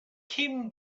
kim